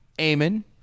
amen